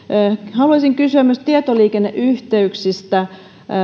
haluaisin kysyä myös tietoliikenneyhteyksistä